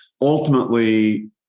ultimately